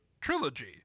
trilogy